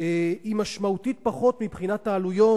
היא משמעותית פחות מבחינת העלויות,